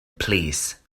plîs